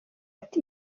ati